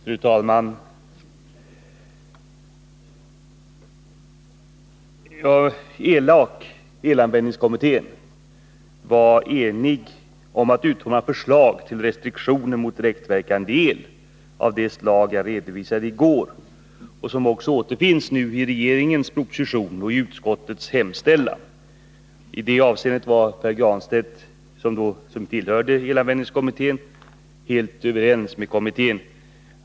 Fru talman! ELAK, elanvändningskommittén, var enig om att utforma förslag till restriktioner mot direktverkande elvärme, av det slag som jag redovisade i går och som nu också återfinns i regeringens proposition och i utskottets hemställan. I det avseendet var Pär Granstedt, som tillhörde elanvändningskommittén, helt överens med kommittén.